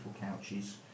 couches